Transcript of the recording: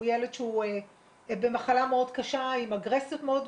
הוא ילד שהוא במחלה מאוד קשה עם אגרסיות מאוד גדולות,